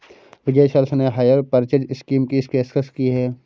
विजय Sales ने hire purchase scheme की पेशकश की हैं